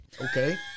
Okay